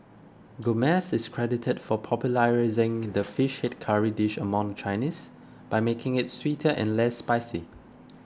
Gomez is credited for popularising the fish head curry dish among Chinese by making it sweeter and less spicy